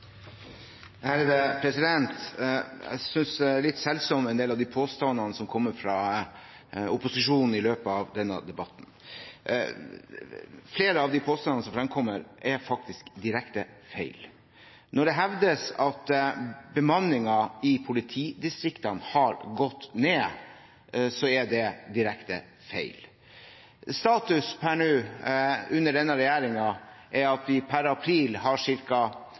sivilt brannslukningskorps. Jeg synes de er litt selsomme, en del av de påstandene som kommer fra opposisjonen i løpet av denne debatten. Flere av de påstandene som fremkommer, er faktisk direkte feil. Når det hevdes at bemanningen i politidistriktene har gått ned, er det direkte feil. Status per nå, under denne regjeringen, er at vi per april har